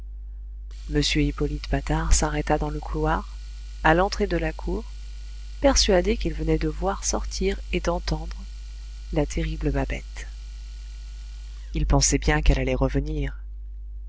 m hippolyte patard s'arrêta dans le couloir à l'entrée de la cour persuadé qu'il venait de voir sortir et d'entendre la terrible babette il pensait bien qu'elle allait revenir